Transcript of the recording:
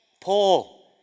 Paul